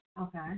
Okay